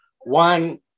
One